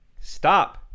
stop